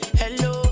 hello